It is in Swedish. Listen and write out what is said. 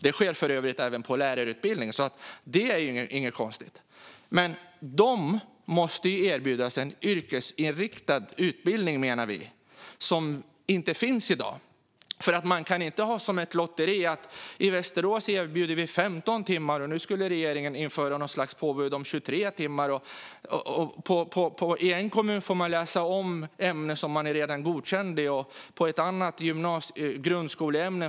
Det sker för övrigt även på lärarutbildningen, så det är inte något konstigt. Men vi menar att dessa personer måste erbjudas en yrkesinriktad utbildning som inte finns i dag. Man kan inte ha det som ett lotteri så att man i Västerås erbjuder 15 timmar. Men nu ska regeringen införa något slags påbud om 23 timmar. Och i en kommun får man läsa om ämnen som man redan är godkänd i och så vidare.